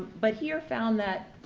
but here found that,